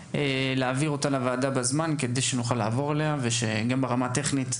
להעביר אותה לוועדה בזמן כדי שנוכל לעבור עליה ושגם ברמה הטכנית,